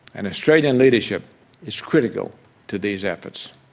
and australian leadership is critical to these efforts.